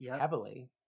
heavily